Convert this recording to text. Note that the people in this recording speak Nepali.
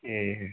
ए